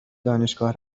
دانشگاه